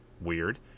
weird